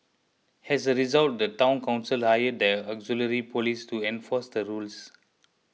as a result the Town Council hired the auxiliary police to enforce the rules